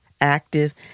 active